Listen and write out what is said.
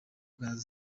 mukandida